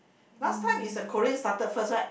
last time is a Korean started first right